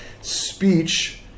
speech